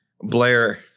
Blair